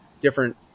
different